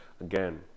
Again